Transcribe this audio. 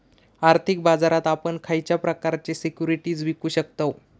आर्थिक बाजारात आपण खयच्या प्रकारचे सिक्युरिटीज विकु शकतव?